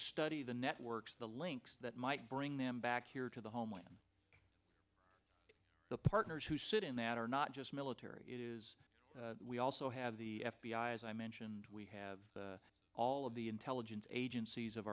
study the net works the links that might bring them back here to the homeland the partners who sit in that are not just military it is we also have the f b i as i mentioned we have all of the intelligence agencies of